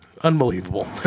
Unbelievable